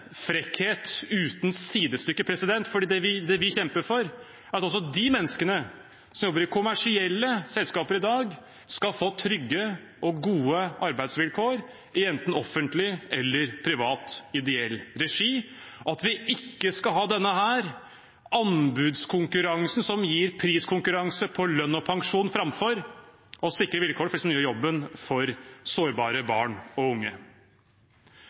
frekkhet uten sidestykke, for det vi kjemper for, er at også de menneskene som jobber i kommersielle selskaper i dag, skal få trygge og gode arbeidsvilkår i enten offentlig eller privat ideell regi, og at vi ikke skal ha denne anbudskonkurransen som gir priskonkurranse på lønn og pensjon, framfor å sikre vilkårene for dem som gjør jobben for sårbare barn og unge.